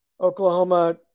Oklahoma